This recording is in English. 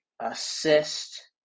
assist